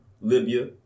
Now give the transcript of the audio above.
Libya